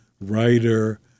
writer